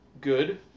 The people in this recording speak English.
good